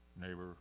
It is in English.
neighbor